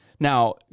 Now